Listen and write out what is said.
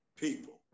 people